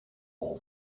all